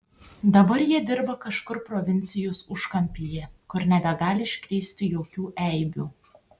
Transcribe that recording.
dabar jie dirba kažkur provincijos užkampyje kur nebegali iškrėsti jokių eibių